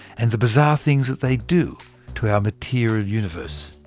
and the bizarre things they do to our material universe.